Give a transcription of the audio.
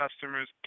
customers